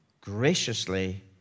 graciously